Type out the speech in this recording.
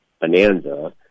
bonanza